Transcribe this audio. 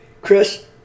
Chris